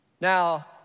Now